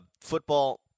football